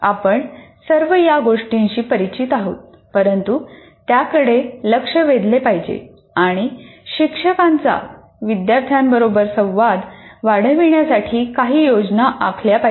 आपण सर्व या गोष्टींशी परिचित आहोत परंतु त्याकडे लक्ष वेधले पाहिजे आणि शिक्षकांचा विद्यार्थ्यांबरोबर संवाद वाढविण्यासाठी काही योजना आखल्या पाहिजेत